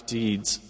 deeds